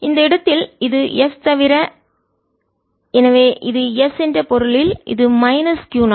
இந்த இடத்தில் இது S தவிர எனவே இது S என்ற பொருளில் இது மைனஸ் Q 0